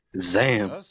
Zam